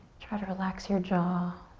try to relax your jaw.